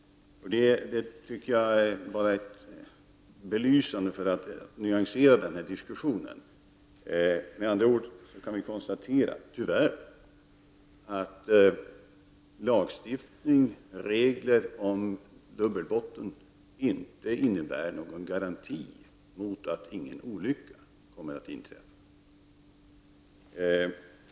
Jag vill belysa detta för att nyansera den här diskussionen. Med andra ord kan jag tyvärr konstatera att lagstiftning och regler om dubbelbotten inte innebär någon garanti för att ingen olycka kommer att inträffa.